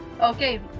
Okay